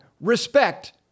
Respect